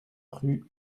rue